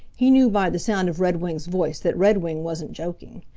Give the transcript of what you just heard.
he knew by the sound of redwing's voice that redwing wasn't joking.